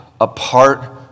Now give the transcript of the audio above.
apart